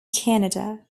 canada